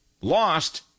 lost